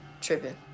tripping